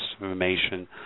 information